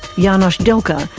janosch delcker,